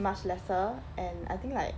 much lesser and I think like